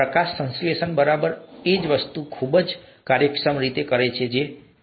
પ્રકાશસંશ્લેષણ બરાબર એ જ વસ્તુ ખૂબ જ કાર્યક્ષમ રીતે કરે છે ખરું ને